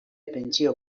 pentsio